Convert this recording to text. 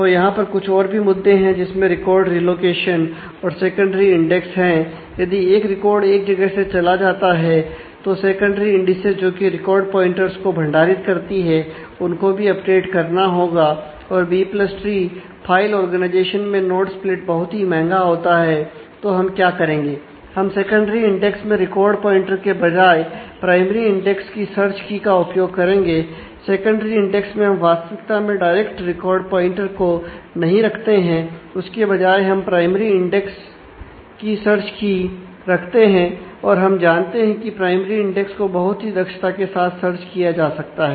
तो यहां पर कुछ और भी मुद्दे हैं जिसमें रिकॉर्ड रीलोकेशन रखते हैं और हम जानते हैं कि प्राइमरी इंडेक्स को बहुत ही दक्षता के साथ सर्च किया जा सकता है